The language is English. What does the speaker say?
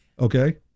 Okay